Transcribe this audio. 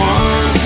one